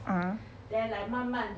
(uh huh)